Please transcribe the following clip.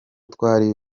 twari